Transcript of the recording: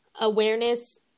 awareness